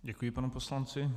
Děkuji panu poslanci.